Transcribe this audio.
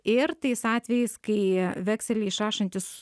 ir tais atvejais kai vekselį išrašantis